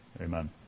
Amen